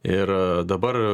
ir dabar